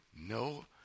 no